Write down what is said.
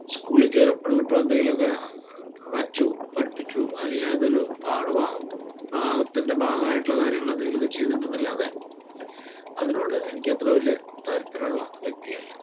സ്കൂളിൽ ചേരുമ്പോൾ ഉള്ള എന്തെങ്കിലുമൊക്കെ വരച്ചു പഠിപ്പിച്ചു അല്ലെങ്കിൽ അതൊരു പാഠഭാഗത്തിൻ്റെ ഭാഗമായിട്ടുള്ള എന്തെങ്കിലും ഒക്കെ ചെയ്തിട്ടുണ്ട് എന്നുള്ളതല്ലാതെ അതിനോട് എനിക്ക് അത്ര വലിയ താല്പര്യമുള്ള വ്യക്തിയല്ല